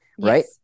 Right